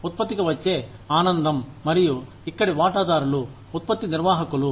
ఉత్పత్తికి వచ్చే ఆనందం మరియు ఇక్కడి వాటాదారులు ఉత్పత్తి నిర్వాహకులు